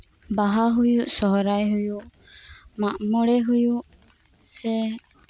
ᱵᱟᱦᱟ ᱦᱩᱭᱩᱜ ᱥᱚᱨᱦᱟᱭ ᱦᱩᱭᱩᱜ ᱢᱟᱜ ᱢᱚᱬᱮ ᱦᱩᱭᱩᱜ ᱥᱮ